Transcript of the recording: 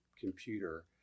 computer